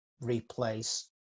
replace